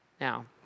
Now